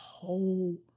whole